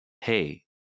hey